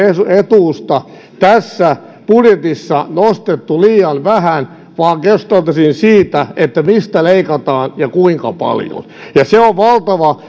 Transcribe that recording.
etuutta tässä budjetissa nostettu liian vähän vaan keskusteltaisiin siitä mistä leikataan ja kuinka paljon ja se on valtava